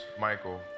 Michael